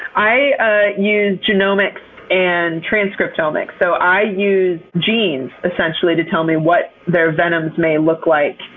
i i use genomic and transcriptomic. so i use genes, essentially, to tell me what their venoms may look like.